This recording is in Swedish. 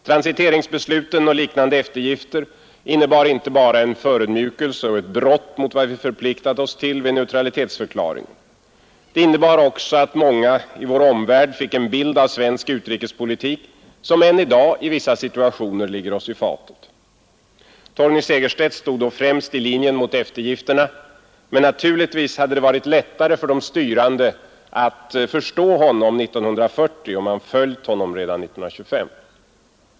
Transiteringsbesluten och liknande eftergifter innebar inte bara en förödmjukelse och ett brott mot vad vi förpliktat oss till vid neutralitetsförklaringen. De innebar också att många i vår omvärld fick en bild av svensk utrikespolitik som än i dag i vissa situationer ligger oss i fatet. Torgny Segerstedt stod då främst i linjen mot eftergifterna, men naturligtvis hade det varit lättare för de styrande att förstå honom 1940 om man följt honom redan 1925.